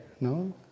No